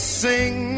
sing